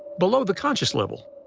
below the conscious level.